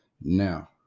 Now